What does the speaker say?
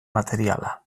materiala